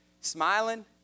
smiling